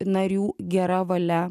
narių gera valia